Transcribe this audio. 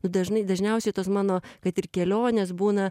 nu dažnai dažniausiai tos mano kad ir kelionės būna